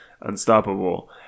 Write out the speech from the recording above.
unstoppable